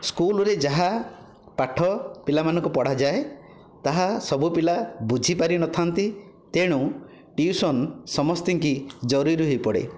ସ୍କୁଲରେ ଯାହା ପାଠ ପିଲାମାନଙ୍କୁ ପଢ଼ାଯାଏ ତାହା ସବୁ ପିଲା ବୁଝି ପାରିନଥାନ୍ତି ତେଣୁ ଟିଉସନ ସମସ୍ତିଙ୍କି ଜରୁରୀ ହୋଇପଡ଼େ